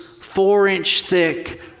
four-inch-thick